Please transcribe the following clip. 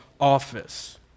office